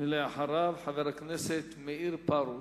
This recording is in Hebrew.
אחריו, חבר הכנסת מאיר פרוש,